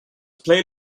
play